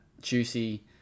juicy